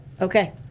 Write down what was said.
Okay